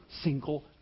single